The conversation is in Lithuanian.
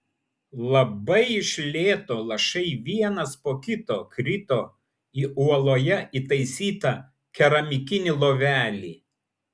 labai iš lėto lašai vienas po kito krito į uoloje įtaisytą keramikinį lovelį